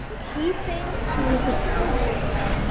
keeping the order,